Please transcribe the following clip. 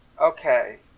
okay